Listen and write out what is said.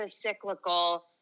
cyclical